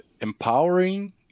empowering